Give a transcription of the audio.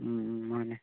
ꯎꯝ ꯎꯝ ꯃꯥꯟꯅꯤ